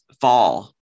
fall